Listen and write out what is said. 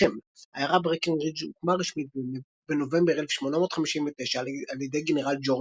שם העיירה ברקנרידג' הוקמה רשמית בנובמבר 1859 על ידי גנרל ג'ורג'